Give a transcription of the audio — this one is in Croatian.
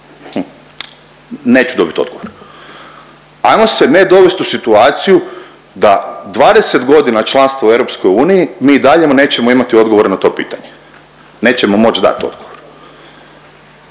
Neću dobit odgovor. Ajmo se ne dovest u situaciju da 20 godina članstva u EU mi i dalje nećemo imati odgovore na to pitanje, nećemo moć dat odgovor.